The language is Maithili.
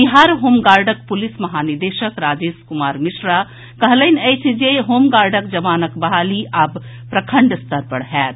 बिहार होमगार्डक पुलिस महानिदेशक राजेश कुमार मिश्रा कहलनि अछि जे होमगार्ड जवानक बहाली आब प्रखंड स्तर पर होयत